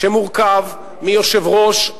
שמורכב מיושב-ראש,